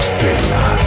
Stella